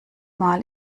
mal